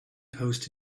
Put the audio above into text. post